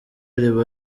riba